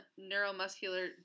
neuromuscular